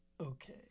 okay